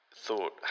thought